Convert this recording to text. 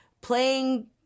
playing